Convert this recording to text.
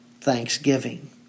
thanksgiving